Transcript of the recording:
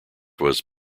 was